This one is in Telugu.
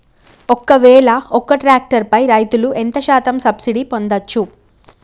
ఒక్కవేల ఒక్క ట్రాక్టర్ పై రైతులు ఎంత శాతం సబ్సిడీ పొందచ్చు?